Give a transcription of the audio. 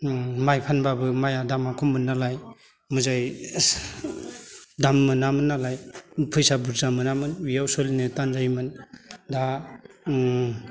माइ फानबाबो माइआ दामा खममोन नालाय मोजाङै दाम मोनामोन नालाय फैसा बुरजा मोनामोन बेयाव सोलिनो थान जायोमोन दा